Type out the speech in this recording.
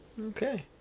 Okay